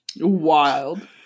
wild